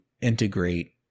integrate